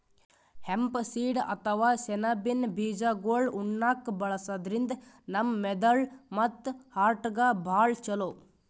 hemp seed ಅಥವಾ ಸೆಣಬಿನ್ ಬೀಜಾಗೋಳ್ ಉಣ್ಣಾಕ್ಕ್ ಬಳಸದ್ರಿನ್ದ ನಮ್ ಮೆದಳ್ ಮತ್ತ್ ಹಾರ್ಟ್ಗಾ ಭಾಳ್ ಛಲೋ